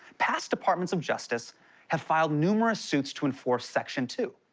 past departments of justice have filed numerous suits to enforce section two,